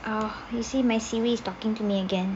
ah you see my siri is talking to me again